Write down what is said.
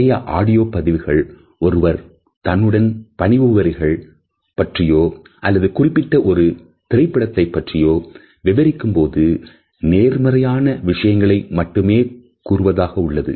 நிறைய ஆடியோ பதிவுகள் ஒருவர் தன்னுடன் பணிபுரிபவர்கள் பற்றியோ அல்லது குறிப்பிட்ட ஒரு திரைப்படத்தை பற்றியோ விவரிக்கும்போது நேர்மறையான விஷயங்களை மட்டுமே கூறுவதாக உள்ளது